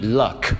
luck 。